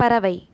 பறவை